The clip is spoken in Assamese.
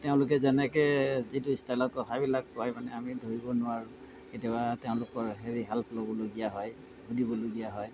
তেওঁলোকে যেনেকৈ যিটো ষ্টাইলত কথাবিলাক কয় মানে আমি ধৰিব নোৱাৰোঁ কেতিয়াবা তেওঁলোকৰ হেৰি হেল্প ল'বলগীয়া হয় সুধিবলগীয়া হয়